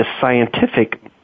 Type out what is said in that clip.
scientific